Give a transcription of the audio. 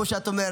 כמו שאת אומרת,